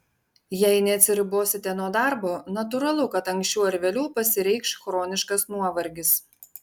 jei neatsiribosite nuo darbo natūralu kad anksčiau ar vėliau pasireikš chroniškas nuovargis